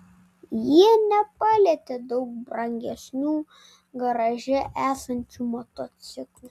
jie nepalietė daug brangesnių garaže esančių motociklų